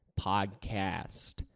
podcast